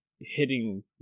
hitting